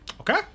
Okay